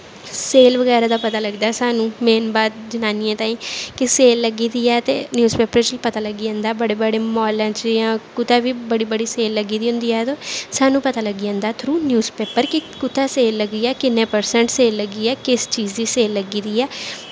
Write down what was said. sale बगैरा दा पता लगदा ऐ सानूं मेन बात जनानियें तांहीं कि सेल लग्गी दी ऐ ते न्यूज़ पेपर च पता लग्गी जंदा ऐ बड़े बड़े मॉलें च जि'यां कुतै बी बड़ी बड़ी सेल लग्गी दी होंदी ऐ ते सानूं पता लग्गी जंदा थ्रू न्यूज़ पेपर कि कु'त्थें सेल लग्गी ऐ कि'न्ने परसेंट सेल लग्गी ऐ किस चीज़ दी सेल लग्गी दी ऐ ते अस